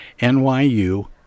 NYU